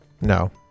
No